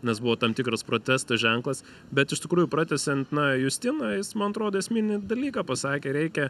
nes buvo tam tikras protesto ženklas bet iš tikrųjų pratęsiant na justiną jis man atrodo esminį dalyką pasakė reikia